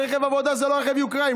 רכב עבודה זה לא רכב יוקרה,